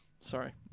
Sorry